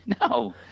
no